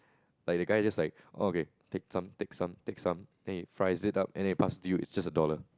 like the guy just like oh okay take some take some take some then he fries it up and then he pass it to you it's just a dollar